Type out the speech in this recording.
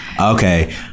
Okay